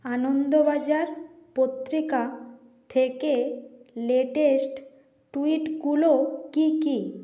আনন্দবাজার পত্রিকা থেকে লেটেস্ট ট্যুইটগুলো কী কী